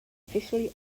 officially